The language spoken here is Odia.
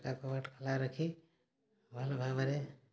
ଝର୍କା କବାଟ୍ ଖୋଲା ରଖି ଭଲ୍ ଭାବରେ